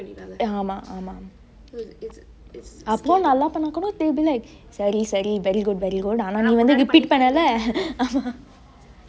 ஆமா ஆமா அப்போ நல்ல பன்னாக்கோட:aama aama appo nalla pannakode they will be like சரி சரி:sari sari very good very good ஆனா நீ வந்து:aana nee vanthu repeat பன்னலே:pannele